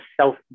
self